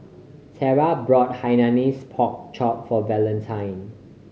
Tera brought Hainanese Pork Chop for Valentine